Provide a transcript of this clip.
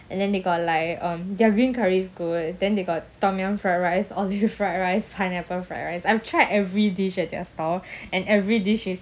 and then they got like um their green curry is good then they got tom yum fried rice olive fried rice pineapple fried rice I've tried every dish at their stall and every dish is